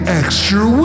extra